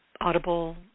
Audible